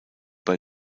bei